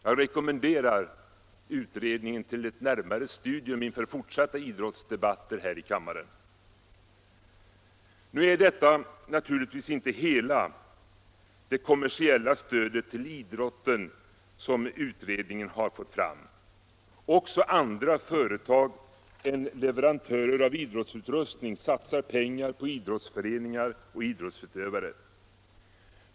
Jag rekommenderar utredningen till ett närmare studium inför fortsatta idrottsdebatter här i kammaren. Nu är det naturligtvis inte hela det kommersiella stödet till idrotten som utredningen har fört fram. Också andra företag än leverantörer av idrottsutrustning satsar pengar på idrottsföreningar och idrottsutövare.